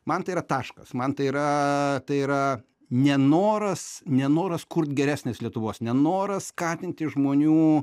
man tai yra taškas man tai yra tai yra nenoras nenoras kurt geresnės lietuvos nenoras skatinti žmonių